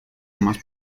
más